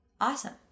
awesome